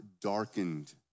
darkened